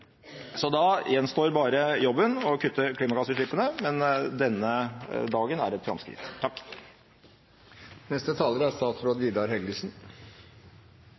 Da gjenstår bare jobben med å kutte klimagassutslippene, men denne dagen utgjør et framskritt.